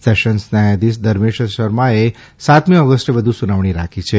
sessions ન્યાયાધીશ ધર્મેશ શર્માએ સાતમી ઓગસ્ટે વધુ સુનાવણી રાખી છે